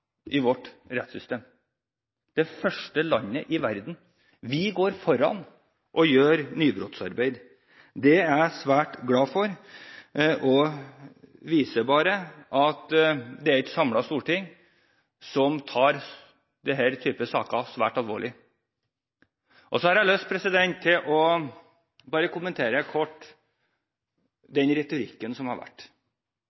vårt rettssystem – det første landet i verden! Vi går foran og gjør nybrottsarbeid. Det er jeg svært glad for, og det viser at et samlet storting tar denne typen saker svært alvorlig. Så har jeg lyst til å kommentere kort den retorikken som har vært. Jeg